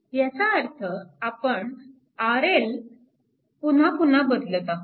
ह्याचा अर्थ आपण RL पुन्हा पुन्हा बदलत आहोत